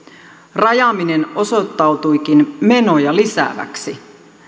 rajaaminen osoittautuikin menoja lisääväksi